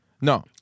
No